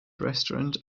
restaurant